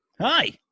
Hi